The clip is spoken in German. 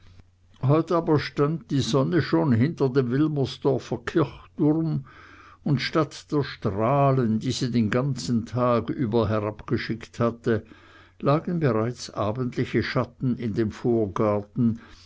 heut aber stand die sonne schon hinter dem wilmersdorfer kirchturm und statt der strahlen die sie den ganzen tag über herabgeschickt hatte lagen bereits abendliche schatten in dem vorgarten